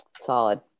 Solid